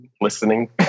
listening